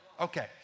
Okay